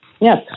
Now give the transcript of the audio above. Yes